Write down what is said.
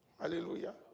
Hallelujah